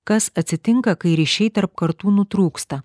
kas atsitinka kai ryšiai tarp kartų nutrūksta